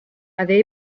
avait